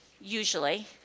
usually